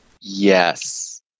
Yes